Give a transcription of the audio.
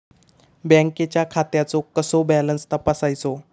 बँकेच्या खात्याचो कसो बॅलन्स तपासायचो?